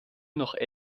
noch